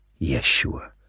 Yeshua